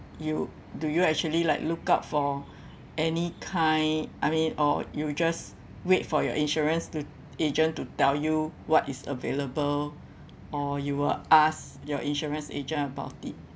you do you actually like lookout for any kind I mean or you just wait for your insurance to agent to tell you what is available or you will ask your insurance agent about it